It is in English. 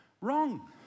wrong